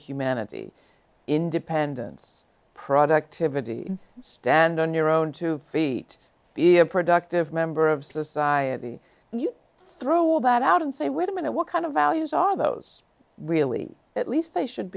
humanity independence productivity stand on your own two feet be a productive member of society and you throw a bat out and say wait a minute what kind of values are those really at least they should